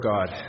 God